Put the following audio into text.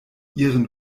ihren